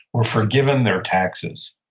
were forgiven their taxes.